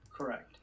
correct